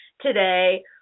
today